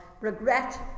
regret